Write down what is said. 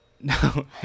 No